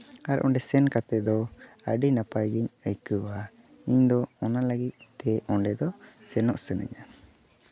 ᱟᱨ ᱚᱸᱰᱮ ᱥᱮᱱ ᱠᱟᱛᱮ ᱫᱚ ᱟᱹᱰᱤ ᱱᱟᱯᱟᱭ ᱜᱤᱧ ᱟᱹᱭᱠᱟᱹᱣᱟ ᱤᱧᱫᱚ ᱚᱱᱟ ᱞᱟᱹᱜᱤᱫ ᱛᱮ ᱚᱸᱰᱮ ᱫᱚ ᱥᱮᱱᱚᱜ ᱥᱟᱹᱱᱟᱹᱧᱟ